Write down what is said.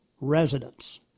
residents